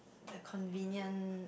the convenience